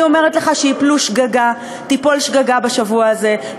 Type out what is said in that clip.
אני אומרת לך שתיפול שגגה בשבוע הזה,